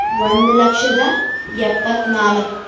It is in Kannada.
ಒಂದು ಲಕ್ಷದ ಎಪ್ಪತ್ತ್ನಾಲ್ಕು